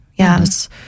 Yes